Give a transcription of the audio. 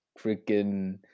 freaking